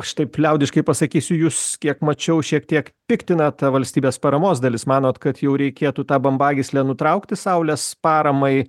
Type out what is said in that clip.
aš taip liaudiškai pasakysiu jus kiek mačiau šiek tiek piktina ta valstybės paramos dalis manot kad jau reikėtų tą bambagyslę nutraukti saulės paramai